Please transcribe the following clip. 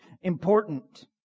important